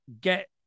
get